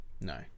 No